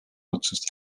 otsust